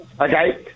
Okay